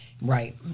Right